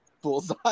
bullseye